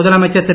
முதலமைச்சர் திரு